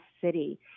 city